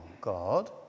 God